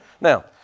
Now